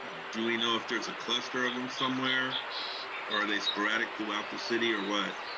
do we know if there's a cluster of em somewhere, or are they sporadic throughout the city, or what?